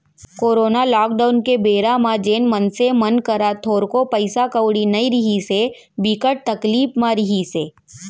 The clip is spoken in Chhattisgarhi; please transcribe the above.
कोरोना लॉकडाउन के बेरा म जेन मनसे मन करा थोरको पइसा कउड़ी नइ रिहिस हे, बिकट तकलीफ म रिहिस हे